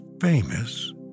famous